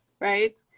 right